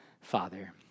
Father